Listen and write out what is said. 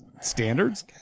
standards